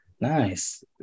nice